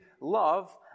love